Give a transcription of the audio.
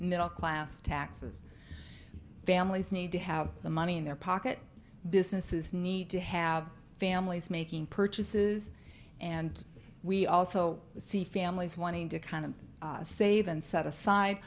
middle class taxes families need to have the money in their pocket businesses need to have families making purchases and we also see families wanting to kind of save and set aside